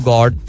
God